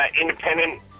independent